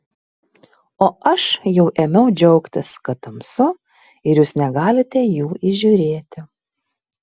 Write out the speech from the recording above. o aš jau ėmiau džiaugtis kad tamsu ir jūs negalite jų įžiūrėti